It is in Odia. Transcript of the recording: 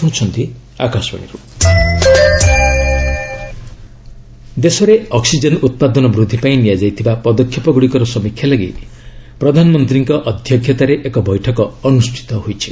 ପିଏମ୍ ଅକ୍ଟିଜେନ୍ ମିଟ୍ ଦେଶରେ ଅକ୍ୱିଜେନ୍ ଉତ୍ପାଦନ ବୃଦ୍ଧି ପାଇଁ ନିଆଯାଇଥିବା ପଦକ୍ଷେପଗୁଡ଼ିକର ସମୀକ୍ଷା ଲାଗି ପ୍ରଧାନମନ୍ତ୍ରୀଙ୍କ ଅଧ୍ୟକ୍ଷତାରେ ଏକ ବୈଠକ ଅନୁଷ୍ଠିତ ହୋଇଛି